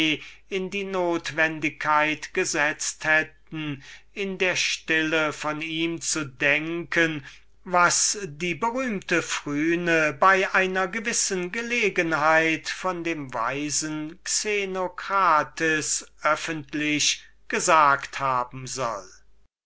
in die notwendigkeit gesetzt hätten in der stille von ihm zu denken was die berühmte phryne bei einer gewissen gelegenheit von dem weisen xenocrates öffentlich gesagt haben soll